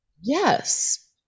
Yes